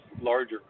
larger